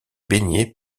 baignée